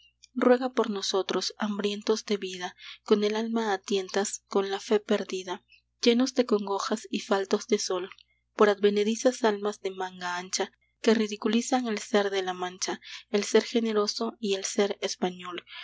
ruega por nosotros hambrientos de vida con el alma a tientas con la fe perdida llenos de congojas y faltos de sol por advenedizas almas de manga ancha que ridiculizan el ser de la mancha el ser generoso y el ser español